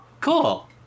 cool